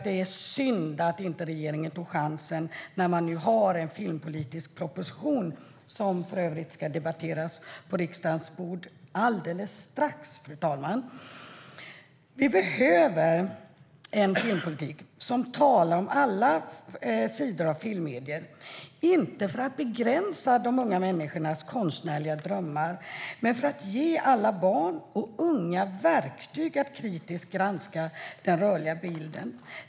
Det är synd att regeringen inte tog chansen i den filmpolitiska propositionen, som snart kommer att ligga på riksdagens bord för debatt, fru talman. Det behövs en filmpolitik som tar upp alla sidor av filmmediet, inte för att begränsa de många människornas konstnärliga drömmar men för att ge alla barn och unga verktyg att kritiskt granska den rörliga bilden.